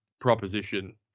proposition